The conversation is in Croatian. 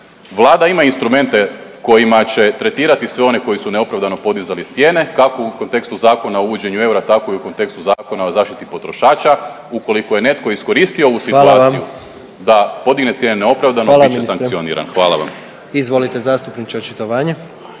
Vlada ima instrumente kojima će tretirati sve one koji su neopravdano podizali cijene kako u kontekstu Zakona o uvođenju eura tako i u kontekstu Zakona o zaštiti potrošača. Ukoliko je netko iskoristio ovu situaciju …/Upadica: Hvala vam./… da podigne cijene neopravdano bit će …/Upadica: Hvala ministre./… sankcioniran.